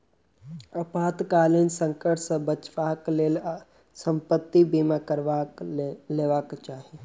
आपातकालीन संकट सॅ बचावक लेल संपत्ति बीमा करा लेबाक चाही